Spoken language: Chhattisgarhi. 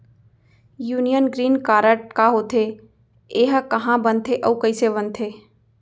यूनियन ग्रीन कारड का होथे, एहा कहाँ बनथे अऊ कइसे बनथे?